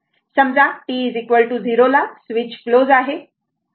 समजा t 0 ला switch close आहे